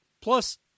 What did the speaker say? Plus